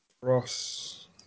Ross